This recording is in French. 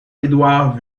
édouard